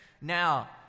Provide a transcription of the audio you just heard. now